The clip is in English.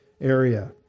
area